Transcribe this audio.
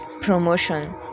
promotion